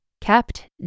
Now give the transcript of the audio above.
kept